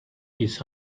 his